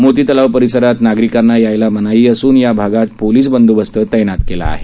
मोती तलाव परिसरात नागरिकांना यायला मनाई असून या भागात पोलीस बंदोबस्त तैनात केला आहे